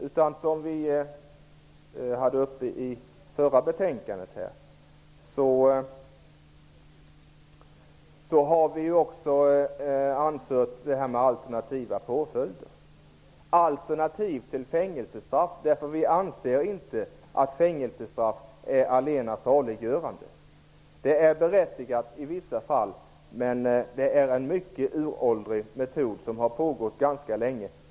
Som sades i debatten om föregående betänkande har vi också föreslagit alternativa påföljder till fängelsestraff. Vi anser inte att fängelsestraff är allena saliggörande. Det är berättigat i vissa fall, men det är en mycket uråldrig metod. Det har tillämpats ganska länge.